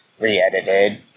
re-edited